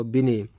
Bini